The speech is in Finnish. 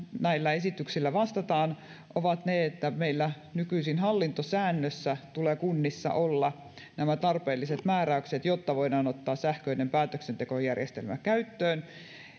näillä esityksillä vastataan ovat ne että meillä nykyisin hallintosäännössä tulee kunnissa olla nämä tarpeelliset määräykset jotta voidaan ottaa sähköinen päätöksentekojärjestelmä käyttöön